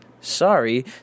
Sorry